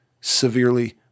severely